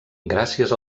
gràcies